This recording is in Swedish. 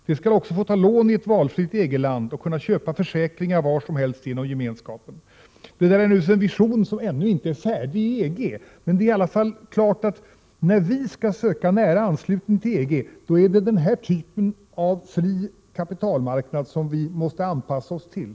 De skall också få ta lån i ett valfritt EG-land och kunna köpa försäkringar var som helst inom Gemenskapen.” Det där är naturligtvis en vision som ännu inte är färdig i EG. Det är dock klart att när vi skall söka nära anslutning till EG, då är det den här typen av fri kapitalmarknad som vi måste anpassa oss till.